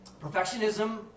Perfectionism